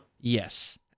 Yes